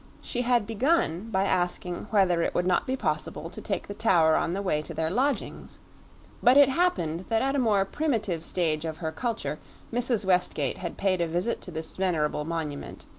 she had begun by asking whether it would not be possible to take the tower on the way to their lodgings but it happened that at a more primitive stage of her culture mrs. westgate had paid a visit to this venerable monument,